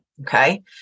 Okay